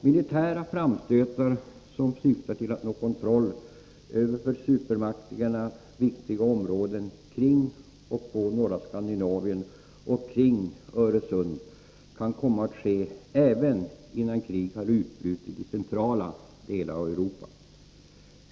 Militära framstötar som syftar till att nå kontroll över för supermakterna viktiga områden kring och på norra Skandinavien och kring Öresund kan komma att ske även innan krig har utbrutit i centrala delar av Europa.